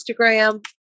Instagram